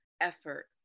effort